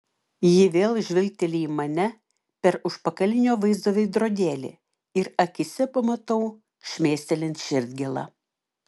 ji vėl žvilgteli į mane per užpakalinio vaizdo veidrodėlį ir akyse pamatau šmėstelint širdgėlą